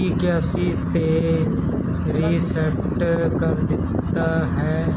ਇੱਕੀ ਇਕਾਸੀ 'ਤੇ ਰੀਸੈੱਟ ਕਰ ਦਿੱਤਾ ਹੈ